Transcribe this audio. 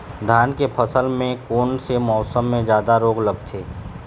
धान के फसल मे कोन से मौसम मे जादा रोग लगथे?